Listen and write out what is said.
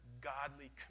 godly